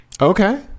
Okay